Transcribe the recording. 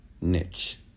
niche